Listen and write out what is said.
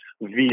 via